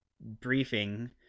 briefing